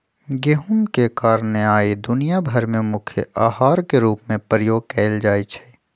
गेहूम के कारणे आइ दुनिया भर में मुख्य अहार के रूप में प्रयोग कएल जाइ छइ